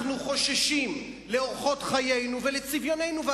אנחנו חוששים לאורחות חיינו ולצביוננו.